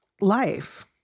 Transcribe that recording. Life